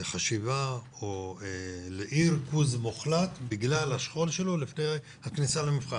לחשיבה או לאי ריכוז מוחלט בגלל השכול שלו לפני מבחן,